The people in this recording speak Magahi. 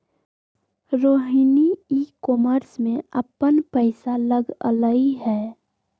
रोहिणी ई कॉमर्स में अप्पन पैसा लगअलई ह